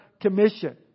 commission